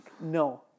No